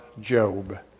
Job